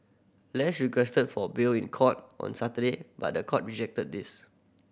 less requested for bail in court on Saturday but the court rejected this